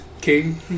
King